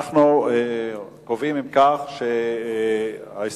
אם כך, אנחנו קובעים